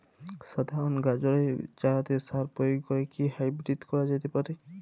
সাধারণ গাজরের চারাতে সার প্রয়োগ করে কি হাইব্রীড করা যেতে পারে?